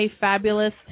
fabulous